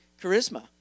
charisma